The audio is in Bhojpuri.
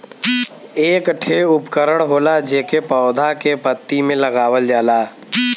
एक ठे उपकरण होला जेके पौधा के पत्ती में लगावल जाला